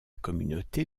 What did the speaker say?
communauté